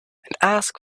ask